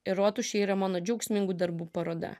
ir rotušė yra mano džiaugsmingų darbų paroda